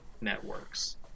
networks